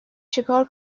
چکار